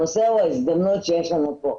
הנושא הוא ההזדמנות שיש לנו כאן.